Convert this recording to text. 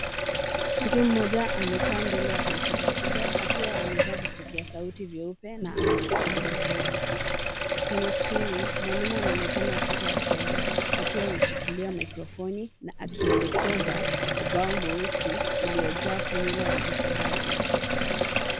Mtu mmoja amekaa mbele ya kompyuta kubwa akiwa amevaa vipokea sauti nyeupe na anachukua madokezo. Kwenye skrini, mwalimu anaonekana akitoa somo akiwa ameshikilia mikrofoni na akielekeza ubao mweusi uliojaa fomula za hesabati.